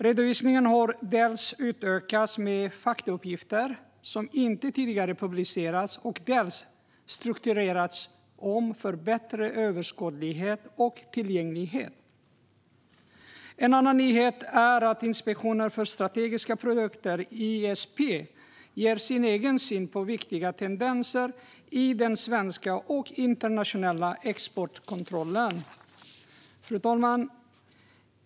Redovisningen har dels utökats med faktauppgifter som inte tidigare publicerats, dels strukturerats om för bättre överskådlighet och tillgänglighet. En annan nyhet är att Inspektionen för strategiska produkter, ISP, ger sin egen syn på viktiga tendenser i den svenska och internationella exportkontrollen. Fru talman!